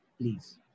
please